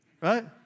right